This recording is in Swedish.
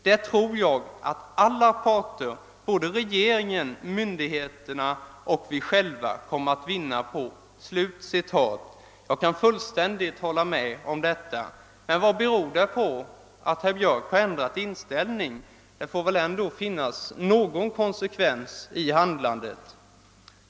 Det tror jag att alla parter — både regeringen, myndigheterna och vi själva — kommer att vinna på.» Jag kan fullständigt hålla med om detta. Vad beror det på att herr Björck ändrat inställning? Det får väl ändå finnas någon konsekvens i handlandet.